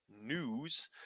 news